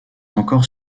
encore